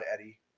Eddie